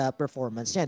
performance